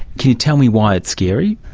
can you tell me why it's scary?